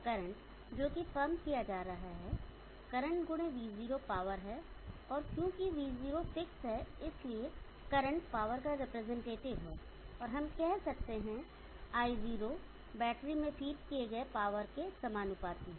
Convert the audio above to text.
current जोकि pump किया जा रहा है करंट गुणे v0 पावर हैऔर क्योंकि v0 फिक्स है इसलिए करंट पावर का रिप्रेजेंटेटिव है और हम कह सकते हैं कि i0 बैटरी में फीड किए गए पावर के समानुपाती है